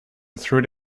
through